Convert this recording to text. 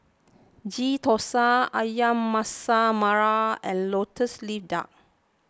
Ghee Thosai Ayam Masak Merah and Lotus Leaf Duck